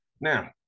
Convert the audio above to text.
Now